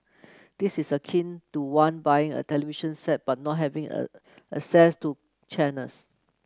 this is akin to one buying a television set but not having access to channels